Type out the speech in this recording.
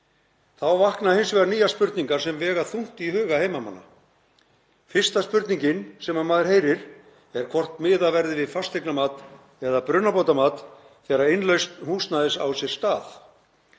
Þá vakna hins vegar nýjar spurningar sem vega þungt í huga heimamanna. Fyrsta spurningin sem maður heyrir er hvort miðað verði við fasteignamat eða brunabótamat þegar innlausn húsnæðis á sér stað.